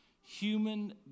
human